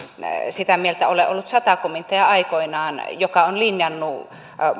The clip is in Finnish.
sitä mieltä ole ollut aikoinaan sata komitea joka on linjannut